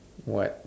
what